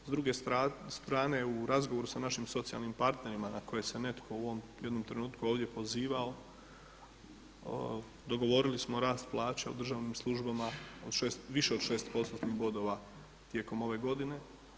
S druge strane u razgovoru sa našim socijalnim partnerima na kojem se netko u ovom jednom trenutku ovdje pozivao dogovorili smo rast plaća u državnim službama više od 6%-tnih bodova tijekom ove godine.